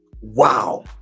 Wow